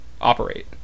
operate